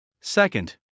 Second